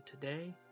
today